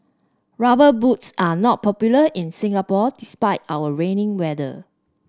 rubber boots are not popular in Singapore despite our rainy weather